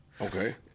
Okay